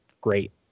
great